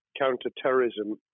counter-terrorism